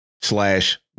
Slash